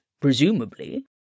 presumably